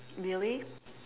really